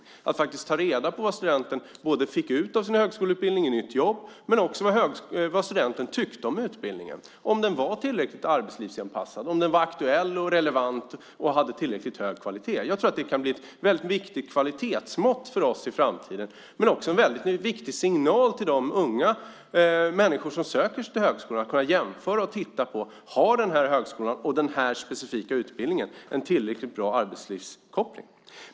Det handlar om att ta reda på vad studenten fick ut av sin högskoleutbildning i form av nytt jobb men också vad studenten tyckte om utbildningen, om den var tillräckligt arbetslivsanpassad, relevant och hade tillräckligt hög kvalitet. Jag tror att det kan bli ett viktigt kvalitetsmått men också en väldigt viktig signal till de unga som söker sig till högskolan. De ska kunna jämföra och titta på om en högskola eller teoretisk utbildning har en tillräckligt bra arbetslivskoppling.